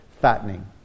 fattening